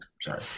sorry